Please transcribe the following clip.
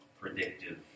predictive